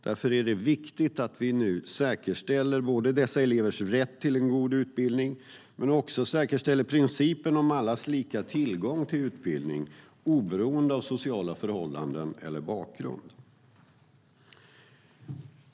Därför är det viktigt att vi nu både säkerställer dessa elevers rätt till en god utbildning och säkerställer principen om allas lika tillgång till utbildning, oberoende av sociala förhållanden eller bakgrund.